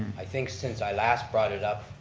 i think since i last brought it up,